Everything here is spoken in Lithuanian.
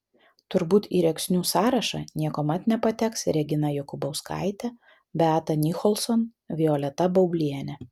turbūt į rėksnių sąrašą niekuomet nepateks regina jokubauskaitė beata nicholson violeta baublienė